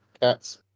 cats